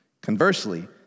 Conversely